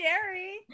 scary